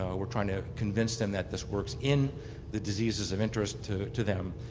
we're trying to convince them that this works in the deeds of interest to to them,